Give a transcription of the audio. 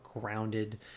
grounded